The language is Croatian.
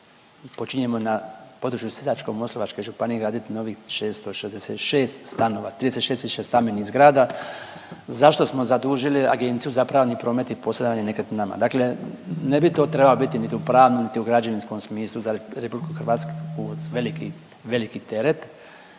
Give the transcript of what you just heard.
počinjemo na području Sisačko-moslavačke županije graditi novih 666 stanova, 36000 stambenih zgrada za što smo zadužili Agenciju za pravni promet i posredovanje nekretninama. Dakle, ne bi to trebao biti niti u pravnom, niti u građevinskom smislu za Republiku Hrvatsku veliki teret,